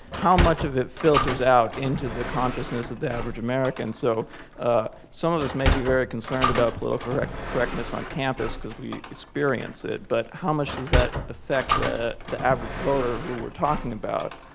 how much of it filters out into the consciousness of the average american? so some of us may be concerned about political correctness on campus cause we experience it, but how much does that affect the the average voter, who we're talking about?